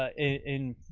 ah in,